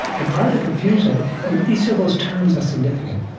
and part of the confusion and each of those terms are significant.